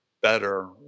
better